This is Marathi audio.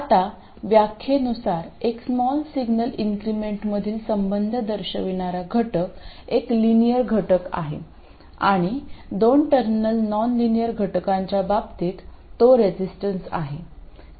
आता व्याखेनुसार एक स्मॉल सिग्नल इंक्रेमेटमधील संबंध दर्शविणारा घटक एक लिनेअर घटक आहे आणि दोन टर्मिनल नॉनलिनियर घटकांच्या बाबतीत तो रेसिस्टन्स आहे